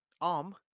Arm